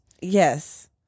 Yes